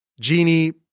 Genie